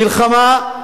מלחמה,